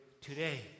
today